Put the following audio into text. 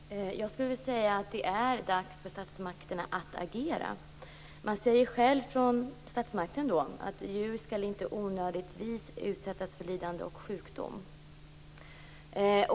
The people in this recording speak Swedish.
Fru talman! Jag skulle vilja säga att det är dags för statsmakterna att agera. Man säger själv från statsmaktens sida att djur inte onödigtvis skall utsättas för lidande och sjukdom.